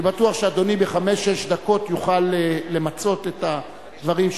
אני בטוח שאדוני בחמש-שש דקות יוכל למצות את הדברים,